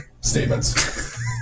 statements